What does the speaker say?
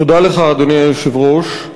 תודה לך, אדוני היושב-ראש.